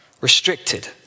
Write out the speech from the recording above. restricted